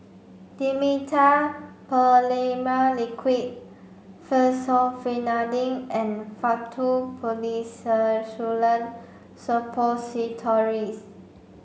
Dimetapp Phenylephrine Liquid Fexofenadine and Faktu Policresulen Suppositories